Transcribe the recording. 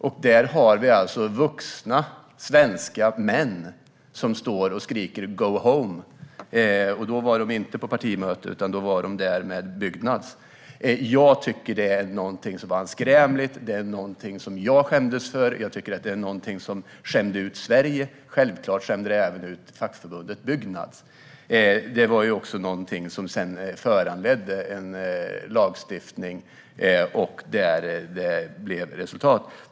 Och då stod alltså vuxna svenska män och skrek "Go home!" Då var de inte på partimöte, utan då var de där med Byggnads. Jag tycker att det var anskrämligt. Det var någonting jag skämdes för. Jag tycker att det skämde ut Sverige, och självklart skämde det även ut fackförbundet Byggnads. Det föranledde också ett lagstiftningsarbete där lex Laval blev resultatet.